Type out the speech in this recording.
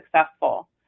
successful